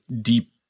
deep